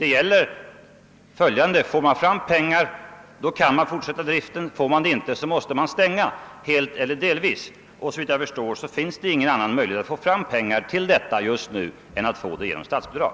Det gäller följande: får man pengar kan driften fortsätta, om inte, måste man stänga helt eller delvis. Såvitt jag förstår finns det ingen annan möjlighet att få pengar för dessa ändamål just nu än genom statsbidrag.